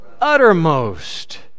uttermost